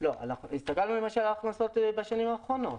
הסתכלנו על ההכנסות שהיו בשנים האחרונות.